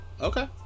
Okay